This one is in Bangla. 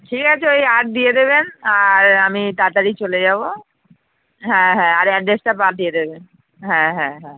ঠিক আছে ওই আট দিয়ে দেবেন আর আমি তাড়াতাড়ি চলে যাব হ্যাঁ হ্যাঁ আর অ্যাড্রেসটা পাঠিয়ে দেবেন হ্যাঁ হ্যাঁ হ্যাঁ